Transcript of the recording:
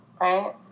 Right